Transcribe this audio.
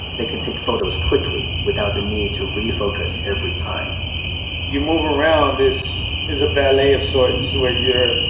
they can take photos quickly without the need to refocus every time you move around, this is a ballet of sorts where you're,